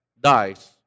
dies